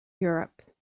europe